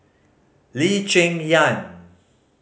Lee Cheng Yan